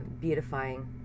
beautifying